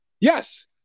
Yes